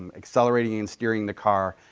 and accelerating and steering the car,